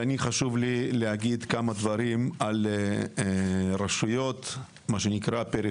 חשוב לי להגיד כמה דברים על רשויות פריפריאליות.